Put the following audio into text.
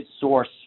source